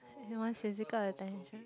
she wants physical attention